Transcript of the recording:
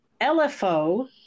LFO